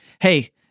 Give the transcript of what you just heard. hey